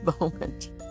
moment